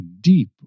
deep